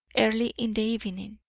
early in the evening.